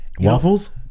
Waffles